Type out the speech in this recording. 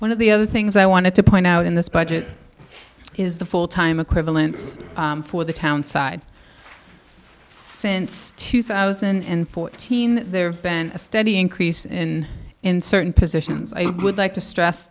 one of the other things i wanted to point out in this budget is the full time equivalents for the town side since two thousand and fourteen there have been a steady increase in in certain positions i would like to stress